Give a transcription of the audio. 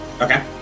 Okay